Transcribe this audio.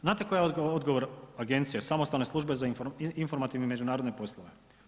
Znate koji je odgovor agencije, samostalne službe za informativne i međunarodne poslove?